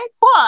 cool